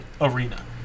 arena